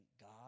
God